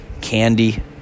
Candy